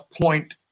Point